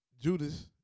Judas